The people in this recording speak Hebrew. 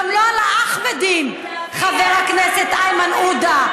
גם לא על האחמדים, חבר הכנסת איימן עודה,